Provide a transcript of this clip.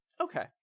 Okay